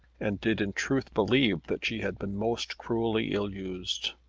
and did in truth believe that she had been most cruelly ill-used.